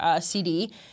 CD